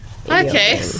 Okay